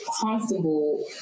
comfortable